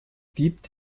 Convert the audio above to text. gibt